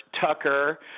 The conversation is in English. Tucker